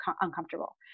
uncomfortable